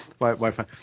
Wi-Fi